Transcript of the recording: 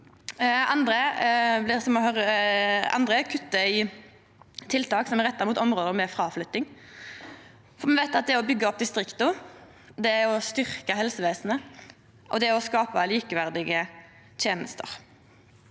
Andre kuttar i tiltak som er retta mot område med fraflytting. Me veit at det å byggja opp distrikta er å styrkja helsevesenet, og det er å skapa likeverdige tenester.